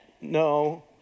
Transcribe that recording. no